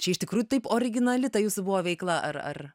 čia iš tikrųjų taip originali ta jūsų buvo veikla ar ar